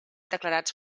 declarats